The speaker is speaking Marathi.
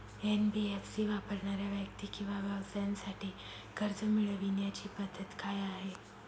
एन.बी.एफ.सी वापरणाऱ्या व्यक्ती किंवा व्यवसायांसाठी कर्ज मिळविण्याची पद्धत काय आहे?